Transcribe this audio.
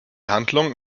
handlung